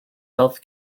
health